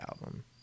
album